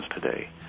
today